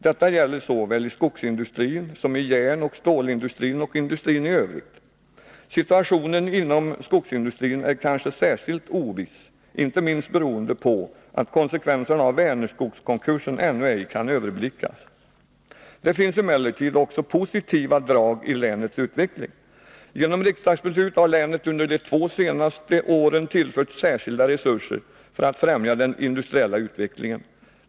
Detta gäller såväl i skogsindustrin som i järnoch stålindustrin och i industrin i övrigt. Situationen inom skogsindustrin är kanske särskilt oviss, inte minst beroende på att konsekvenserna av Vänerskogskonkursen ännu ej kan överblickas. Det finns emellertid också positiva drag i länets utveckling. Genom riksdagsbeslut har länet under de två senaste åren tillförts särskilda resurser för att främja den industriella utvecklingen.